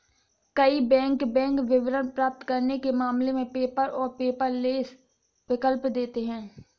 कई bank bank विवरण प्राप्त करने के मामले में पेपर और पेपरलेस विकल्प देते हैं